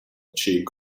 cheek